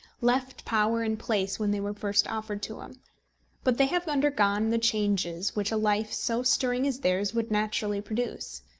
left power and place when they were first offered to him but they have undergone the changes which a life so stirring as theirs would naturally produce.